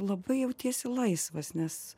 labai jautiesi laisvas nes